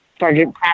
Sergeant